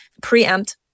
preempt